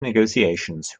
negotiations